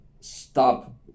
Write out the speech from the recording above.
stop